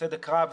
בצדק רב,